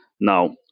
now